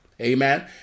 amen